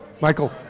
Michael